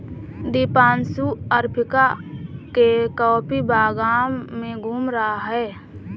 Deepanshu Africa के coffee बागान में घूम रहा है